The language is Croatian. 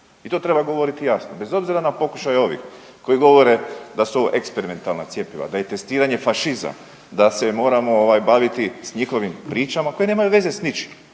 i to treba govoriti jasno bez obzira na pokušaj ovih koji govore da su ovo eksperimentalna cjepiva, da je testiranje fašizam, da se moramo ovaj baviti s njihovim pričama koje nemaju veze s ničim.